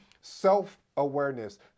self-awareness